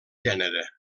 gènere